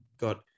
got